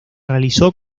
realizó